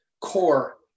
core